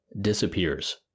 disappears